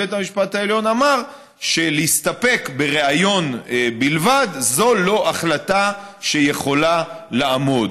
בית המשפט העליון אמר שלהסתפק בריאיון בלבד זה לא החלטה שיכולה לעמוד,